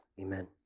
amen